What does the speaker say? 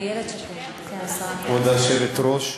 כבוד היושבת-ראש,